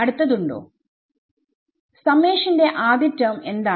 അടുത്തത് ഉണ്ടോ സമ്മേഷന്റെ ആദ്യ ടെർമ് എന്താണ്